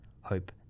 hope